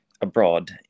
abroad